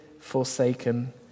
forsaken